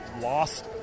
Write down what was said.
lost